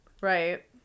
right